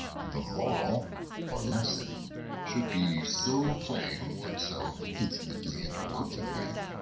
the moral or lesson should be so plain, and so intimately interwoven with,